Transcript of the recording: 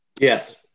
Yes